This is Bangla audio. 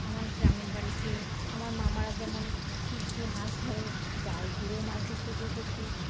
আমার গ্রামের বাড়িতে আমার মামারা যেমন ছিপ দিয়ে মাছ ধরে জাল ফুলেও মাছ ধরতে দেখেছি